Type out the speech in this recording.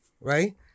right